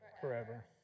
forever